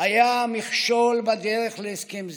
היה המכשול בדרך להסכם זה.